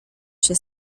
się